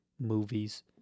movies